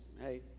hey